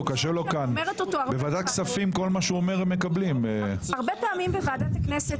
אני גם אומרת אותו הרבה --- הרבה פעמים בוועדת הכנסת,